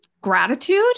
gratitude